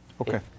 Okay